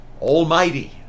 Almighty